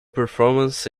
performance